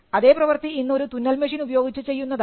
അതേ പ്രവർത്തി ഇന്ന് ഒരു തുന്നൽ മെഷീൻ ഉപയോഗിച്ച് ചെയ്യുന്നതാണ്